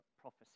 prophecy